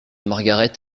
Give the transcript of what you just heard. margaret